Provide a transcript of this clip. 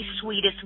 sweetest